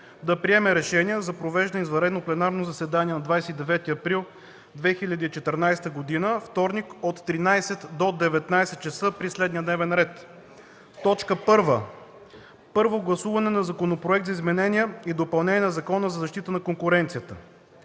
да приеме решение за провеждане на извънредно пленарно заседание на 29 април 2014 г., вторник, от 13,00 до 19,00 ч. при следния дневен ред: 1. Първо гласуване на Законопроект за изменение и допълнение на Закона за защита на конкуренцията.